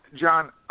John